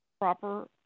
proper